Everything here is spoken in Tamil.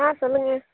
ஆ சொல்லுங்க